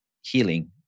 healing